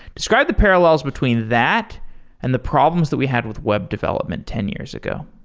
describe the parallels between that and the problems that we had with web development ten years ago.